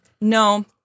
no